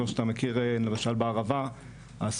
כמו שאתה מכיר למשל בערבה,